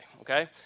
okay